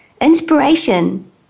inspiration